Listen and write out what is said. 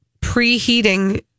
pre-heating